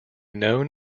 known